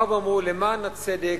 באו ואמרו: למען הצדק,